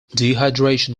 dehydration